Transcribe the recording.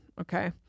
Okay